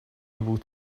able